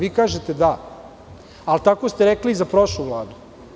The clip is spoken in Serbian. Vi kažete - da, a tako ste rekli i za prošlu Vladu.